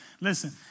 Listen